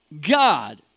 God